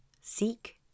seek